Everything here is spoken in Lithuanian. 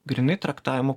grynai traktavimo